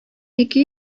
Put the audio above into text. ике